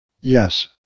yes